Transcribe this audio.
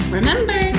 Remember